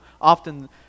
often